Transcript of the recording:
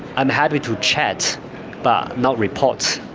i'm happy to chat but not report.